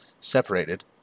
separated